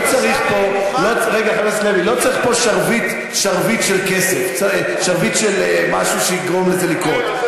לא צריך פה שרביט של קסם שיגרום לזה לקרות.